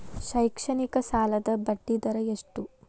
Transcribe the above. ಶೈಕ್ಷಣಿಕ ಸಾಲದ ಬಡ್ಡಿ ದರ ಎಷ್ಟು?